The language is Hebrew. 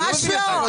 ממש לא.